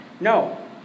no